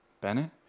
Bennett